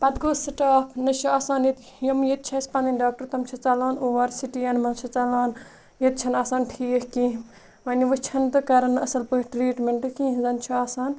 پَتہٕ گوٚو سِٹاف نہ چھِ آسان ییٚتہِ یِم ییٚتہِ چھِ اَسہِ پَنٕنۍ ڈاکٹَر تِم چھِ ژَلان اور سِٹٮ۪ن منٛز چھِ ژَلان ییٚتہِ چھِنہٕ آسان ٹھیک کیٚنٛہہ وۄنۍ وُچھن تہٕ کَرَن اَصٕل پٲٹھۍ ٹریٹمیٚنٹ کیٚنٛہہ زَن چھِ آسان